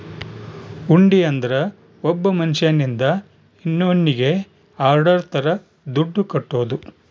ಹುಂಡಿ ಅಂದ್ರ ಒಬ್ಬ ಮನ್ಶ್ಯನಿಂದ ಇನ್ನೋನ್ನಿಗೆ ಆರ್ಡರ್ ತರ ದುಡ್ಡು ಕಟ್ಟೋದು